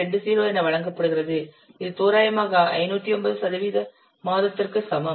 20 என வழங்கப்படுகிறது இது தோராயமாக 509 சதவீத மாதத்திற்கு சமம்